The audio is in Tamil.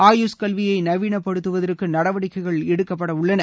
ஆயுஷ் கல்வியை நவீனப்படுத்துவதற்கு நடவடிக்கைகள் எடுக்கப்பட உள்ளன